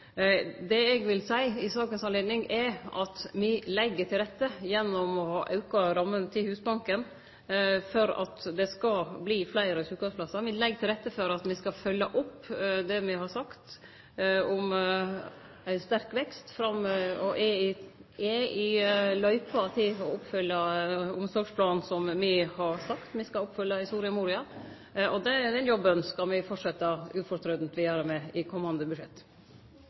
Det eg vil seie i sakas anledning, er at me legg til rette gjennom å auke ramma til Husbanken for at det skal verte fleire sjukeheimsplassar. Me legg til rette for at me skal følgje opp det me har sagt om ein sterk vekst, og me er i løypa til å oppfylle omsorgsplanen som me i Soria Moria-erklæringa har sagt me skal oppfylle. Den jobben skal me fortsetje jamt og trutt med i komande budsjett.